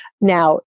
Now